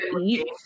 eat